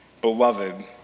Beloved